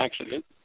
accident